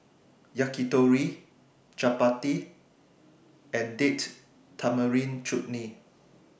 Yakitori Chapati and Date Tamarind Chutney